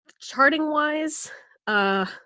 Charting-wise